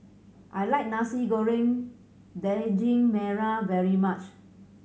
I like Nasi Goreng Daging Merah very much